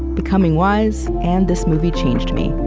becoming wise, and this movie changed me.